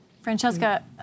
Francesca